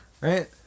Right